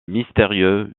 mystérieux